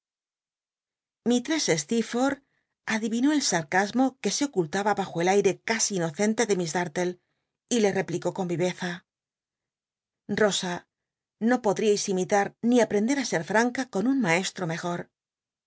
mistress steel'forth ad ivinó el sarcasmo que se ocultaba bajo el air c casi inocente de miss darlle y le replicó con viye a rosa no podl'iais imitar ni aprender á ser franca con un maestro mejor